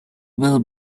will